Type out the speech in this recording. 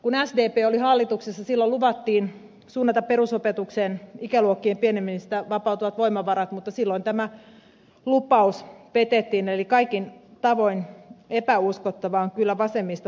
kun sdp oli hallituksessa silloin luvattiin suunnata perusopetukseen ikäluokkien pienenemisestä vapautuvat voimavarat mutta silloin tämä lupaus petettiin eli kaikin tavoin epäuskottava on kyllä vasemmiston varsinkin sdpn vaihtoehto